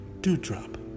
dewdrop